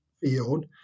field